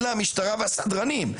אלא המשטרה והסדרנים.